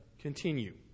continue